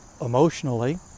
emotionally